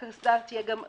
שהקסדה תהיה גם רכוסה.